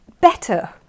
better